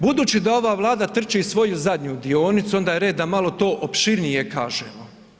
Budući da ova Vlada trči svoju zadnju dionicu, onda je red da malo opširnije kažemo.